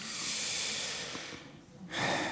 נכון.